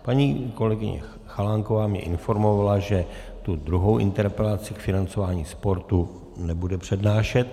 Paní kolegyně Chalánková mě informovala, že tu druhou interpelaci k financování sportu nebude přednášet.